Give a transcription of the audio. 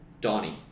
Donnie